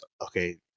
okay